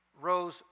rose